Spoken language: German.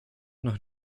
noch